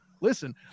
Listen